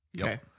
Okay